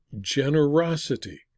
generosity